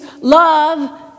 Love